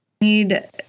need